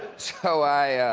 so i.